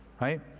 right